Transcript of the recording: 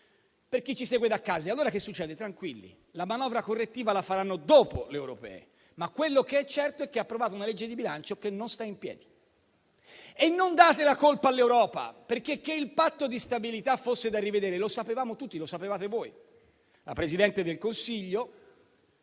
per chi ci segue da casa: tranquilli, la manovra correttiva la faranno dopo le europee, ma quello che è certo è che approvate una legge di bilancio che non sta in piedi. E non date la colpa all'Europa, perché che il Patto di stabilità fosse da rivedere lo sapevamo tutti, lo sapevate voi. La Presidente del Consiglio